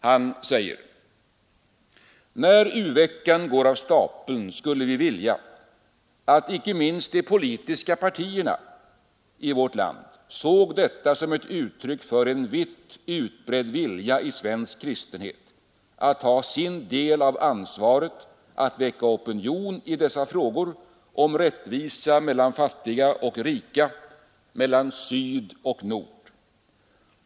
Han sade: ”När u-veckan går av stapeln, skulle vi vilja att icke minst de politiska partierna i vårt land såg detta som ett uttryck för en vitt utbredd vilja i svensk kristenhet att ta sin del av ansvaret att väcka opinion i dessa frågor om rättvisa mellan fattiga och rika, mellan syd och nord.